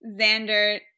Xander